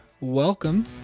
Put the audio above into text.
welcome